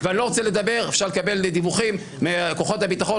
אני לא רוצה לדבר אפשר לקבל דיווחים מכוחות הביטחון,